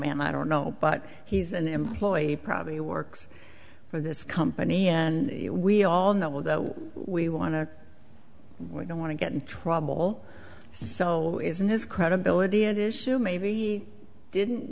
man i don't know but he's an employee probably works for this company and we all know what we want to we don't want to get in trouble so isn't his credibility an issue maybe didn't